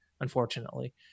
unfortunately